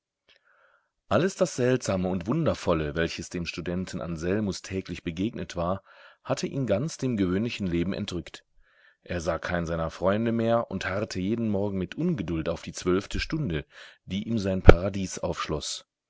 alles das seltsame und wundervolle welches dem studenten anselmus täglich begegnet war hatte ihn ganz dem gewöhnlichen leben entrückt er sah keinen seiner freunde mehr und harrte jeden morgen mit ungeduld auf die zwölfte stunde die ihm sein paradies